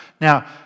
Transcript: Now